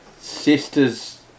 sister's